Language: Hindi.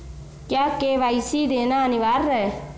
क्या के.वाई.सी देना अनिवार्य है?